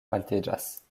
altiĝas